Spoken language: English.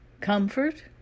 Comfort